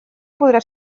podrà